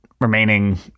remaining